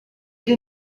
did